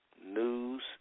news